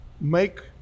make